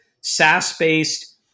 SaaS-based